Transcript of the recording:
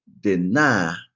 deny